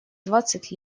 двадцать